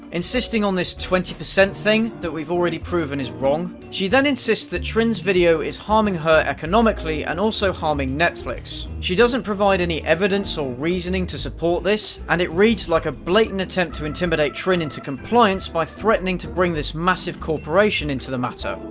insisting on this twenty percent thing, that we've already proven is wrong. she then insists that trin's video is harming her economically and also harming netflix. she doesn't provide any evidence or reasoning to support this, and it reads like a blatant attempt to intimidate trin into compliance by threatening to bring this massive corporation into the matter.